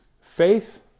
faith